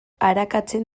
arakatzen